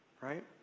right